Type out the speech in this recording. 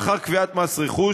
לאחר קביעת מס רכוש,